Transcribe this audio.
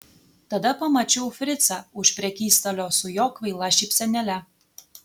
tada pamačiau fricą už prekystalio su jo kvaila šypsenėle